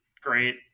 great